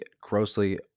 grossly